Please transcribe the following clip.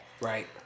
Right